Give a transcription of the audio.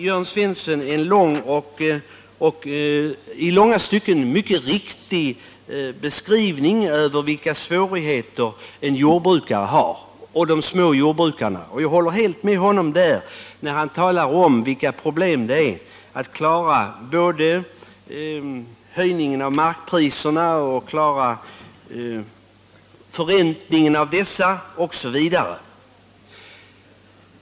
Jörn Svensson gjorde en i långa stycken mycket riktig beskrivning över de svårigheter som de små jordbrukarna möter. Jag håller med honom när han beskriver de problem som jordbrukarna har att klara de höga markpriserna och åstadkomma förräntning av dessa osv.